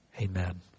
amen